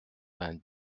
vingt